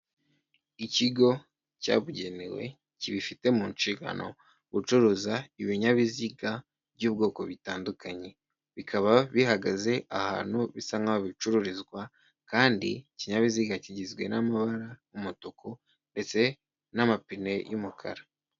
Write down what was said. Ikigo cyabugenewe, kibifite mu nshingano gucuruza ibinyabiziga by'ubwoko bitandukanye. Bikaba bihagaze ahantu bisa nk'aho bicururizwa, kandi ikinyabiziga kigizwe n'amabara y'umutuku, ndetse n'amapine y'umukara.